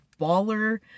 baller